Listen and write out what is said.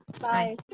Bye